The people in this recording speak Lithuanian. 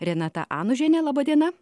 renata anužienė laba diena